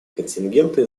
контингенты